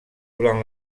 durant